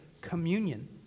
communion